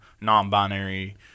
non-binary